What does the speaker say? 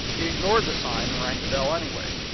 he ignored the sign and rang the bell anyway,